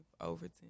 Overton